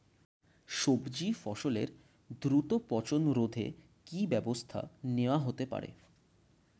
সবজি ফসলের দ্রুত পচন রোধে কি ব্যবস্থা নেয়া হতে পারে?